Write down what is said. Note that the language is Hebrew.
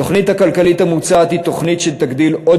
התוכנית הכלכלית המוצעת היא תוכנית שתגדיל עוד